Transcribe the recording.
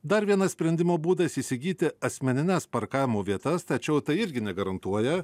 dar vienas sprendimo būdas įsigyti asmenines parkavimo vietas tačiau tai irgi negarantuoja